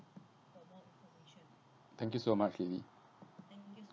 thank you so much lily